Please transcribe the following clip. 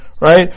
Right